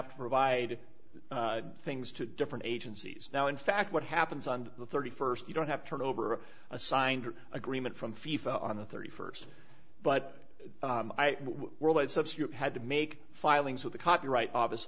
provide things to different agencies now in fact what happens on the thirty first you don't have turned over a signed agreement from on the thirty first but what's up so you had to make filings with the copyright office